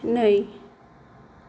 नै